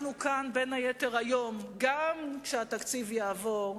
אנחנו כאן, בין היתר, היום, גם כשהתקציב יעבור,